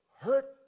hurt